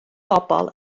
bobl